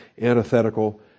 antithetical